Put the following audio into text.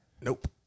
nope